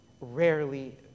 rarely